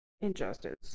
injustice